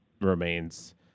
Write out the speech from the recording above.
remains